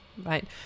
right